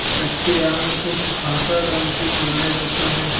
कच्चे आम को सुखाकर अमचूर बनाया जाता है